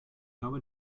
habe